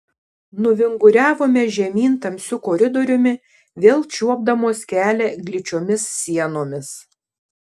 nuvinguriavome žemyn tamsiu koridoriumi vėl čiuopdamos kelią gličiomis sienomis